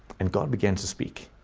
and god began to speak.